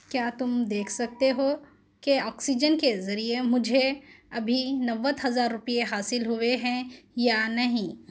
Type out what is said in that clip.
کیا تم دیکھ سکتے ہو کہ آکسیجن کے ذریعے مجھے ابھی نبے ہزار روپے حاصل ہوئے ہیں یا نہیں